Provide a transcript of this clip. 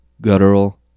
guttural